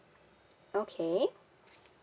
okay